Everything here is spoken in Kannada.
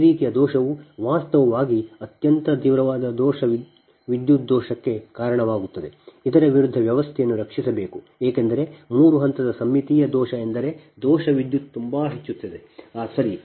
ಈ ರೀತಿಯ ದೋಷವು ವಾಸ್ತವವಾಗಿ ಅತ್ಯಂತ ತೀವ್ರವಾದ ದೋಷ ವಿದ್ಯುತ್ ಗೆ ಕಾರಣವಾಗುತ್ತದೆ ಇದರ ವಿರುದ್ಧ ವ್ಯವಸ್ಥೆಯನ್ನು ರಕ್ಷಿಸಬೇಕು ಏಕೆಂದರೆ ಮೂರು ಹಂತದ ಸಮ್ಮಿತೀಯ ದೋಷ ಎಂದರೆ ದೋಷ ವಿದ್ಯುತ್ ತುಂಬಾ ಹೆಚ್ಚಿರುತ್ತದೆ ಸರಿ